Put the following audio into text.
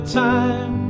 time